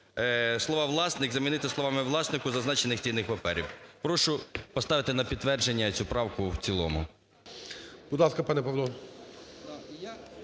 замінити словами "власнику зазначених цінних паперів". Прошу поставити на підтвердження цю правку в цілому.